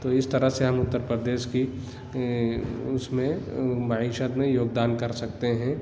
تو اس طرح سے ہم اتر پردیش کی اس میں معیشت میں یوگدان کر سکتے ہیں